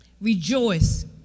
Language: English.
Rejoice